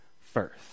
first